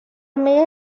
mayor